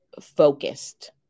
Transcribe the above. focused